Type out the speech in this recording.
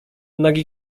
nagi